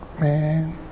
man